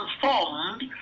transformed